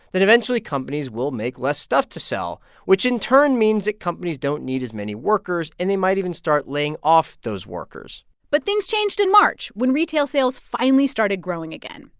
then eventually, companies will make less stuff to sell, which in turn means that companies don't need as many workers, and they might even start laying off those workers but things changed in march, when retail sales finally started growing again.